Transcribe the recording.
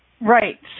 Right